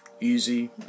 Easy